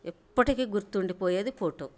ఎప్పటికీ గుర్తుండిపోయేది ఫోటో అంతే